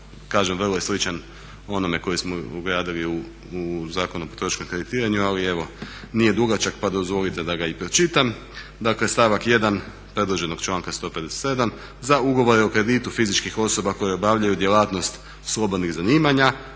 kažem vrlo je sličan onome koji smo ugradili u Zakon o potrošačkom kreditiranju ali evo nije dugačak pa dozvolite da ga i pročitam. Dakle stavak 1. predloženog članka 157.: Za ugovore o kreditu fizičkih osoba koje obavljaju djelatnost slobodnih zanimanja,